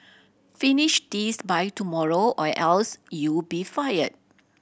finish this by tomorrow or else you'll be fired